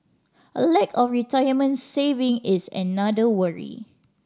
a lack of retirement saving is another worry